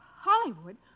Hollywood